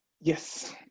Yes